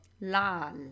Lal